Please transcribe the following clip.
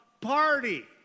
party